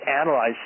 analyze